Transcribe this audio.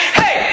hey